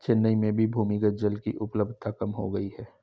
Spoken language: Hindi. चेन्नई में भी भूमिगत जल की उपलब्धता कम हो गई है